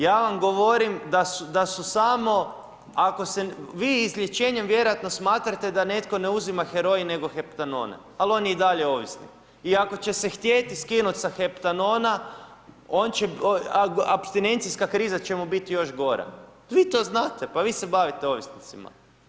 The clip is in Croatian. Ja vam govorim da su samo ako se, vi izlječenjem vjerojatno smatrate da netko ne uzima heroin nego heptanone ali on je i dalje ovisnik i ako će se htjeti sa heptanona, apstinencijska kriza će mu biti još gora, vi to znate, pa vi se bavite ovisnicima.